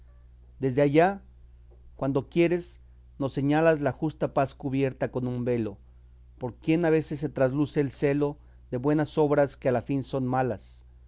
desde allá cuando quieres nos señalas la justa paz cubierta con un velo por quien a veces se trasluce el celo de buenas obras que a la fin son malas